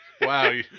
wow